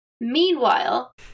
Meanwhile